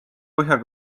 põhja